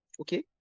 Okay